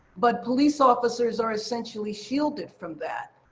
but police officers are essentially shielded from that.